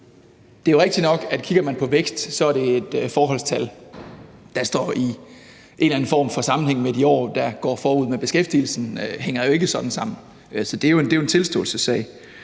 Det er jo rigtigt nok, at kigger man på vækst, er det et forholdstal, der har en eller anden form for sammenhæng med de år, der går forud, men beskæftigelsen hænger jo ikke sådan sammen. Så det er en tilståelsessag,